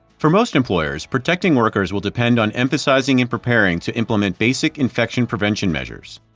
for most employers, protecting workers will depend on emphasizing and preparing to implement basic infection prevention measures.